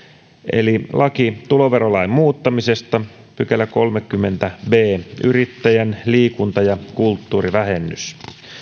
laki tuloverolain muuttamisesta pykälä yrittäjän liikunta ja kulttuurivähennys